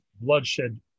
Bloodshed